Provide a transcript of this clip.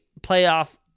playoff